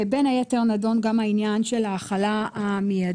כשבין היתר נדון גם העניין של ההחלה המיידית.